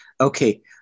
Okay